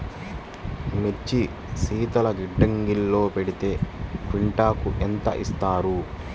మిర్చి శీతల గిడ్డంగిలో పెడితే క్వింటాలుకు ఎంత ఇస్తారు?